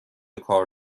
کار